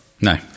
No